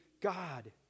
God